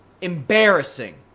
Embarrassing